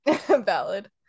Valid